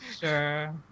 Sure